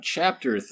Chapter